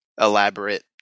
elaborate